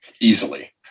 easily